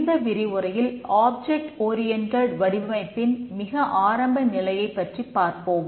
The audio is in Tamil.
இந்த விரிவுரையில் ஆப்ஜெக்ட் ஓரியண்டெட் வடிவமைப்பின் மிக ஆரம்ப நிலையைப் பற்றிப் பார்ப்போம்